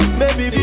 baby